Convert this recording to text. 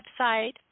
website